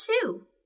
two